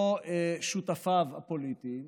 לא שותפיו הפוליטיים,